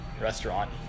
restaurant